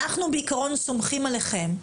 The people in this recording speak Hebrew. אנחנו בעיקרון סומכים עליכם,